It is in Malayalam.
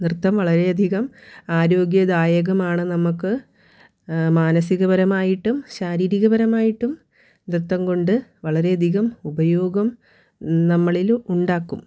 നൃത്തം വളരെയധികം ആരോഗ്യദായകമാണ് നമുക്ക് മനസികപരമായിട്ടും ശാരീരികപരമായിട്ടും നൃത്തം കൊണ്ട് വളരെയധികം ഉപയോഗം നമ്മളിൽ ഉണ്ടാക്കും